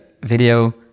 video